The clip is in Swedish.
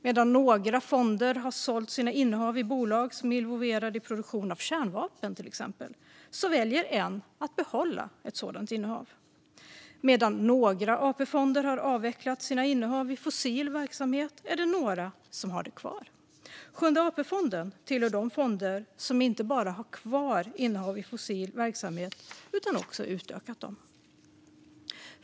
Medan några fonder exempelvis har sålt sina innehav i bolag som är involverade i produktion av kärnvapen väljer en att behålla ett sådant innehav, och några AP-fonder har avvecklat sina innehav i fossil verksamhet medan andra har det kvar. Sjunde AP-fonden hör till de fonder som inte bara har kvar innehav i fossil verksamhet utan också har utökat det.